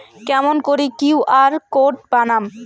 কেমন করি QR code বানাম?